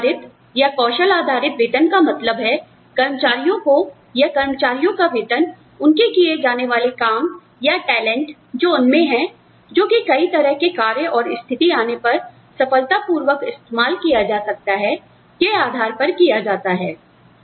ज्ञान आधारित या कौशल आधारित वेतन का मतलब है कर्मचारियों को या कर्मचारियों का वेतन उनके किए जाने वाले काम या टैलेंट जो उनमें है जो कि कई तरह के कार्य और स्थिति आने पर सफलतापूर्वक इस्तेमाल किया जा सकता है के आधार पर किया जाता है